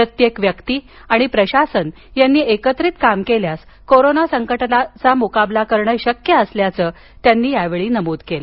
प्रत्येक व्यक्ति आणि प्रशासनानं एकत्रित काम केल्यास कोरोना संकटाचा मुकाबला करणं शक्य असल्याचं आरोग्यमंत्री म्हणाले